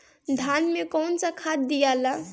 धान मे कौन सा खाद दियाला?